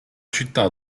città